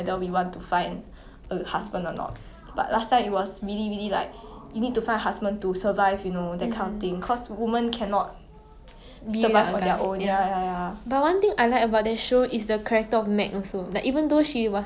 but I think one good thing about the that you show recognise is that you know in our modern society right everyone always reject say like women who get married it's like it's like why do that when you have your own career why be someone why be known as someone's woman when you can be your own person